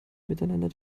miteinander